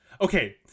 Okay